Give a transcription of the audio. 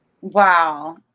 Wow